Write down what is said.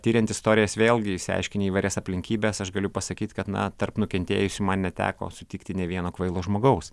tiriant istorijas vėlgi išsiaiškini įvairias aplinkybes aš galiu pasakyt kad na tarp nukentėjusių man neteko sutikti nė vieno kvailo žmogaus